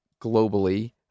globally